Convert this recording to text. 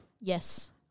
Yes